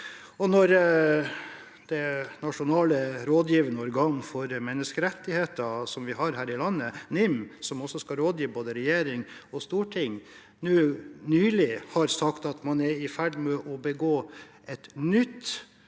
Det nasjonale rådgivende organ for menneskerettigheter her i landet, NIM, som skal rådgi både regjering og storting, har nylig sagt at man er i ferd med å begå et nytt